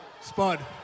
Spud